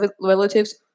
relatives